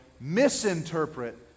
misinterpret